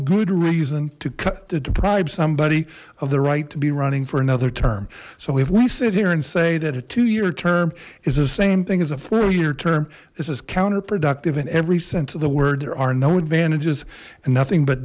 good reason to cut to deprive somebody of the right to be running for another term so if we sit here and say that a two year term is the same thing as a four year term this is counterproductive in every sense of the word there are no advantages and nothing but